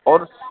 आओर